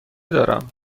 دارم